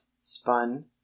spun